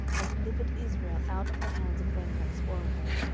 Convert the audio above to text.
and delivered israel out of the hands of them that spoiled them.